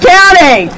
County